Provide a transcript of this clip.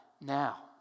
now